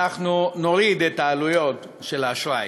אנחנו נוריד את העלויות של האשראי.